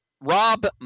Rob